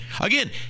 again